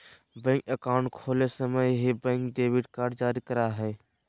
bank account खोले समय ही, बैंक डेबिट कार्ड जारी करा हइ